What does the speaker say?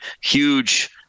huge